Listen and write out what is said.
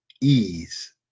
ease